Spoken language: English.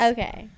Okay